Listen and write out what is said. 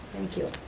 thank you.